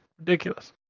Ridiculous